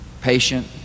patient